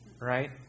Right